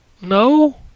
No